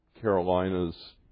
Carolinas